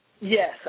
Yes